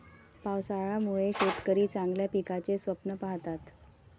पावसाळ्यामुळे शेतकरी चांगल्या पिकाचे स्वप्न पाहतात